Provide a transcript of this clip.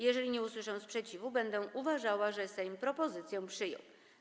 Jeżeli nie usłyszę sprzeciwu, będę uważała, że Sejm propozycje przyjął.